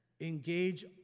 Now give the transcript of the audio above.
engage